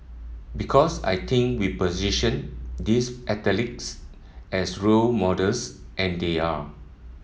because I think we position these athletes as role models and they are